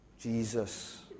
Jesus